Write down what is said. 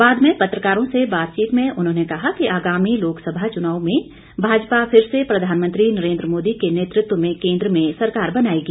बाद में पत्रकारों से बातचीत में उन्होंने कहा कि आगामी लोकसभा चुनाव में भाजपा फिर से प्रधानमंत्री नरेंद्र मोदी के नेतृत्व में केंद्र में सरकार बनाएगी